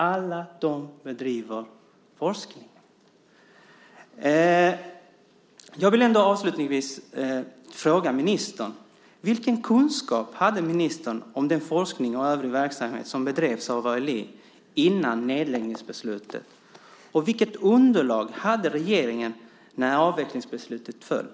Alla de bedriver forskning. Jag vill avslutningsvis fråga ministern: Vilken kunskap hade ministern om den forskning och övrig verksamhet som bedrevs av ALI innan nedläggningsbeslutet? Och vilket underlag hade regeringen när avvecklingsbeslutet togs?